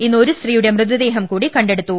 ഇന്ന് ഒരു സ്ത്രീയുടെ മൃതദേഹം കൂടി കണ്ടെടുത്തു